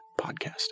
Podcast